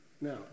Now